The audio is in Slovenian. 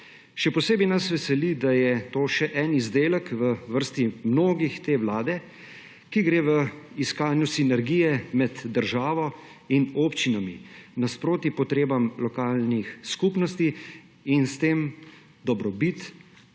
Še posebej nas veseli, da je to še en izdelek v vrsti mnogih te vlade, ki gre v iskanju sinergije med državo in občinami nasproti potrebam lokalnih skupnosti in s tem dobrobit